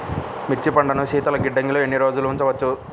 మిర్చి పంటను శీతల గిడ్డంగిలో ఎన్ని రోజులు ఉంచవచ్చు?